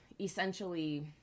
essentially